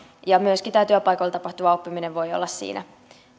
myöskin tämä työpaikoilla tapahtuva oppiminen voi olla siinä